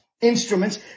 instruments